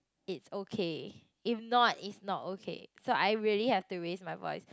it's okay if not it's not okay so I really have to raise my voice